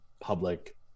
public